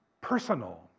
personal